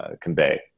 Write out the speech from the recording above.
convey